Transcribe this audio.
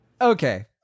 okay